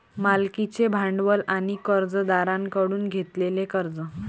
मालकीचे भांडवल आणि कर्जदारांकडून घेतलेले कर्ज